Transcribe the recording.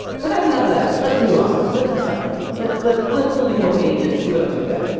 but that's enough of that! let's move on, let's keep talking, let's let's let's look at more pages, see what else we've got!